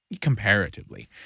Comparatively